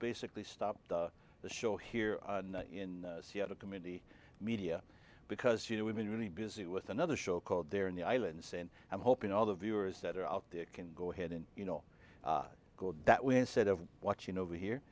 basically stopped the show here in seattle committee media because you know we've been really busy with another show called there in the islands and i'm hoping all the viewers that are out there can go ahead and you know go that way instead of watching over here